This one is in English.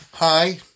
Hi